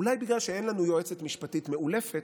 אולי בגלל שאין לנו יועצת משפטית מאולפת,